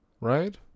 right